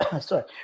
Sorry